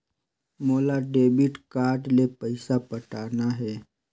मोला debit card ले पइसा पटाना हे?